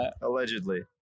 allegedly